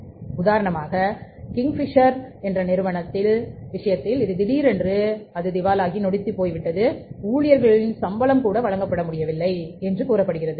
எனவே உதாரணமாக கிங்பிஷர் விமான நிறுவனங்களின் விஷயத்தில் திடீரென்று அது திவாலாகிவிட்டது என்றும் ஊழியர்களின் சம்பளம் கூட வழங்கப்படவில்லை என்றும் கூறப்படுகிறது